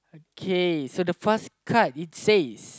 okay so the first card it says